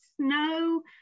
snow